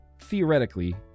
theoretically